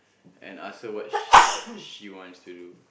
and ask her what she she wants to do